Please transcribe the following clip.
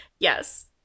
Yes